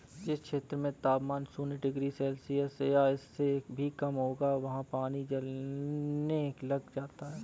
जिस क्षेत्र में तापमान शून्य डिग्री सेल्सियस या इससे भी कम होगा वहाँ पानी जमने लग जाता है